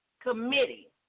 committee